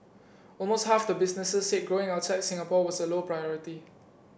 almost half the businesses said growing outside Singapore was a low priority